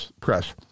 press